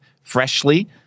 freshly